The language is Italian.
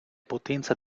potenza